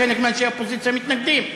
חלק מאנשי האופוזיציה מתנגדים.